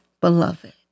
beloved